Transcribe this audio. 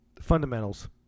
fundamentals